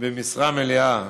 במשרה מלאה,